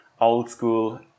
old-school